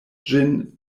ĝin